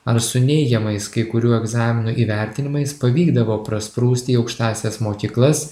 ar su neigiamais kai kurių egzaminų įvertinimais pavykdavo prasprūsti į aukštąsias mokyklas